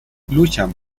luchan